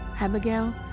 Abigail